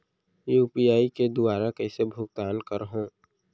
UPI के दुवारा कइसे भुगतान करहों?